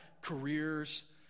careers